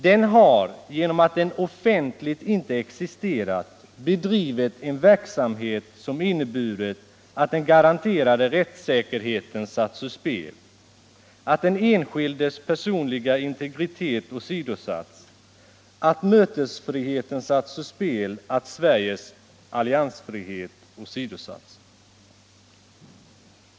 Den har genom att den offentligt inte existerat bedrivit en verksamhet som inneburit att den garanterade rättssäkerheten satts ur spel, att den enskildes personliga integritet åsidosatts, att mötesfriheten satts ur spel och att Sveriges alliansfrihet åsidosatts.